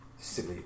silly